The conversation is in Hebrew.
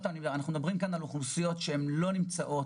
שוב, מדובר על אוכלוסיות שלא נמצאות בשוק.